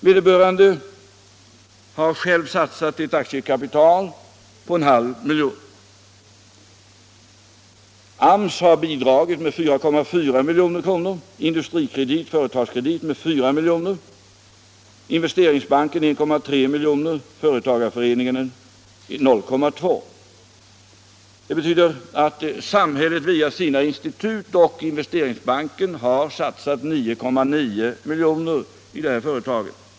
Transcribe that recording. Grundaren har själv satsat ett aktiekapital på 0,5 milj.kr. AMS har bidragit med 4,4 milj.kr., Industrikredit och Företagskredit med 4 milj.kr., Investeringsbanken med 1,3 milj.kr. och företagareföreningen med 0,2 milj.kr. Det betyder att samhället genom sina institut och Investeringsbanken har satsat 9,9 milj.kr. i detta företag.